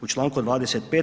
U članku 25.